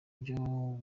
byo